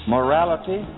Morality